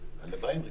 אם מקפידים על הכללים.